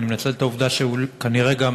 אני מנצל את העובדה שכנראה גם